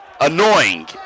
annoying